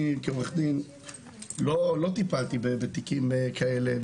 אני כעורך דין לא טיפלתי בתיקים כאלה,